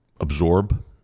absorb